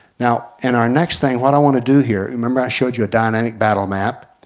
now in our next thing, what i want to do here, remember i showed you a dynamic battle map.